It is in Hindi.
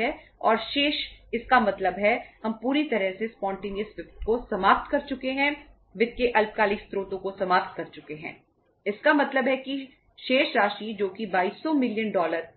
है